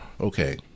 Okay